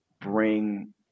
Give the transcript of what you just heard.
bring